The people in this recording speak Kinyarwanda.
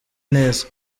neza